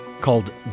called